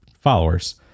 followers